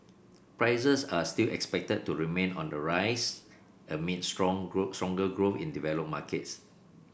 prices are still expected to remain on the rise amid strong growth stronger growth in developed markets